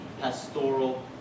pastoral